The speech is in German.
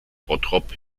bottrop